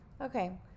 Okay